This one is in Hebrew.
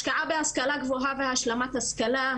השקעה בהשכלה גבוהה והשלמת השכלה,